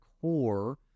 core